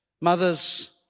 mothers